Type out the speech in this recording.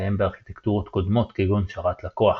שמתקיים בארכיטקטורות קודמות כגון שרת-לקוח,